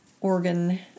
organ